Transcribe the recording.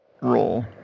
roll